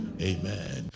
amen